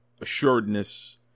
assuredness